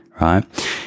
right